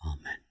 Amen